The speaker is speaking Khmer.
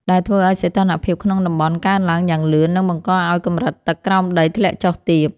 ដែលធ្វើឱ្យសីតុណ្ហភាពក្នុងតំបន់កើនឡើងយ៉ាងលឿន និងបង្កឱ្យកម្រិតទឹកក្រោមដីធ្លាក់ចុះទាប។